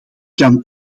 kan